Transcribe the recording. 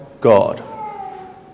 God